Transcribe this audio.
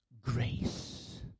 grace